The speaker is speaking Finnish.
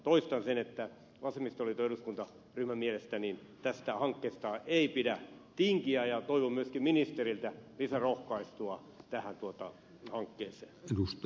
toistan sen että vasemmistoliiton eduskuntaryhmän mielestä tästä hankkeesta ei pidä tinkiä ja toivon myöskin ministeriltä lisärohkaisua tähän hankkeeseen